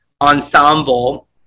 ensemble